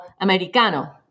americano